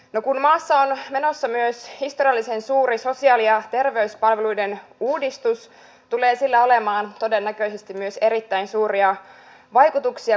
no kun maassa on menossa myös historiallisen suuri sosiaali ja terveyspalveluiden uudistus tulee sillä olemaan todennäköisesti myös erittäin suuria vaikutuksia kuntien valtionosuusjärjestelmään